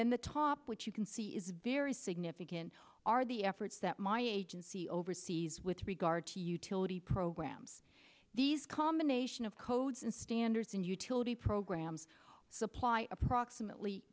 then the top which you can see is very significant are the efforts that my agency oversees with regard to utility programs these combination of codes and standards and utility programs supply approximately